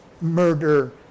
murder